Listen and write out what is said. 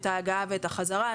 את ההגעה ואת החזרה.